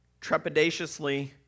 trepidatiously